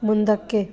ಮುಂದಕ್ಕೆ